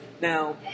Now